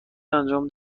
انجام